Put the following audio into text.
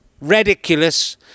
ridiculous